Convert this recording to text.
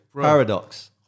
paradox